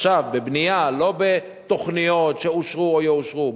עכשיו, בבנייה, לא בתוכניות שאושרו או יאושרו.